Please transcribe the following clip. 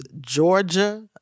Georgia